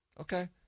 okay